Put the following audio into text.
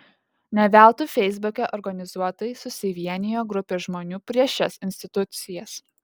ne veltui feisbuke organizuotai susivienijo grupė žmonių prieš šias institucijas